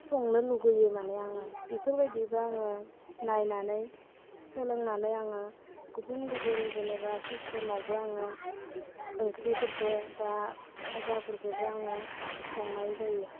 संनो लुगैयो माने आङो बेफोरबायदियैबो आङो नायनानै सोलोंनानै आङो गुबुन गुबुन जेनेबा सिस्टेमावबो आङो ओंख्रिफोरखौ बा फाजाफोरखौबो आङो संनाय जायो